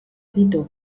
ditu